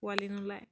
পোৱালী নোলায়